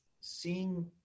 seeing